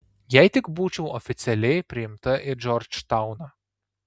jei tik būčiau oficialiai priimta į džordžtauną